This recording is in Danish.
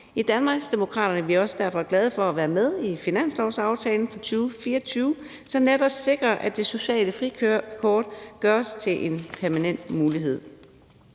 I Danmarksdemokraterne er vi derfor også glade for at være med i finanslovsaftalen fra 2024, som netop sikrer, at det sociale frikort gøres til en permanent mulighed.